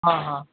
हा हा